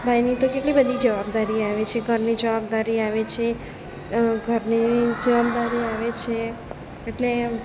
ભાઈની તો કેટલી બધી જવાબદારી આવે છે ઘરની જવાબદારી આવે છે ઘરની જવાબદારી આવે છે એટલે